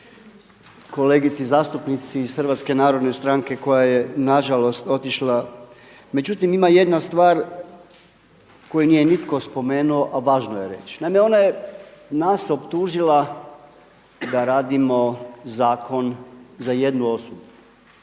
kolegici zastupnici iz Hrvatske narodne stranke koja je na žalost otišla. Međutim, ima jedna stvar koju nije nitko spomenuo a važno je reći. Naime, ona je nas optužila da radimo zakon za jednu osobu